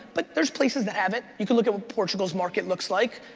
but there's places that have it. you can look at what portugal's market looks like,